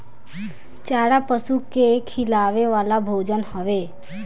चारा पशु कुल के खियावे वाला भोजन हवे